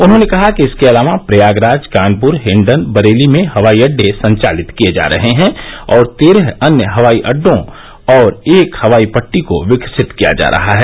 उन्होंने कहा कि इसके अलावा प्रयागराज कानपुर हिंडन बरेली में हवाई अड्डे संचालित किये जा रहे हैं और तेरह अन्य हवाई अड्डों और एक हवाई पट्टी को विकसित किया जा रहा है